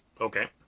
Okay